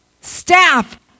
staff